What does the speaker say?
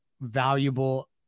valuable